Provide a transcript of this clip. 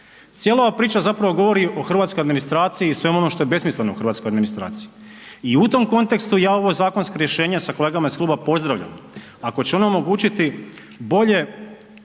Cijela ova priča zapravo govori o hrvatskoj administraciji i svemu onom što je besmisleno u hrvatskoj administraciji. I u tom kontekstu ja ova zakonska rješenja sa kolegama iz kluba pozdravljam ako će ono omogućiti bolje